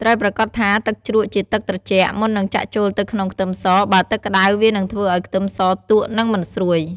ត្រូវប្រាកដថាទឹកជ្រក់ជាទឹកត្រជាក់ មុននឹងចាក់ចូលទៅក្នុងខ្ទឹមស បើទឹកក្តៅ វានឹងធ្វើឱ្យខ្ទឹមសទក់ និងមិនស្រួយ។